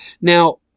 Now